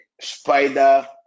spider